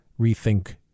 rethink